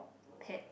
pet